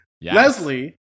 Leslie